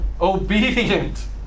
obedient